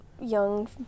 young